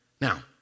Now